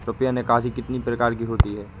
रुपया निकासी कितनी प्रकार की होती है?